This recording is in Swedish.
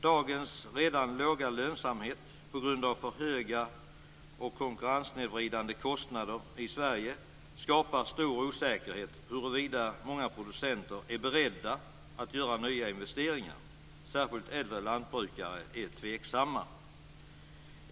Dagens redan låga lönsamhet på grund av för höga och konkurrenssnedvridande kostnader i Sverige skapar stor osäkerhet huruvida många producenter är beredda att göra nya investeringar. Särskilt äldre lantbrukare är tveksamma.